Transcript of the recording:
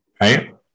right